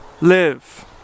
live